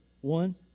one